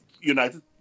United